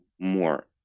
more